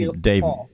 David